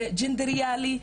ג'נדריאלי,